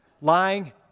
lying